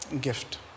gift